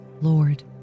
Lord